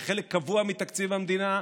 כחלק קבוע מתקציב המדינה,